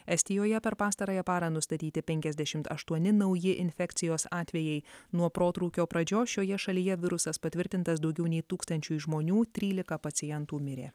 estijoje per pastarąją parą nustatyti penkiasdešimt aštuoni nauji infekcijos atvejai nuo protrūkio pradžios šioje šalyje virusas patvirtintas daugiau nei tūkstančiui žmonių trylika pacientų mirė